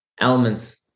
elements